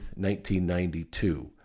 1992